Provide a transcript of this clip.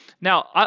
Now